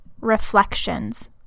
REFLECTIONS